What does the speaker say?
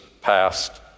passed